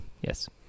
yes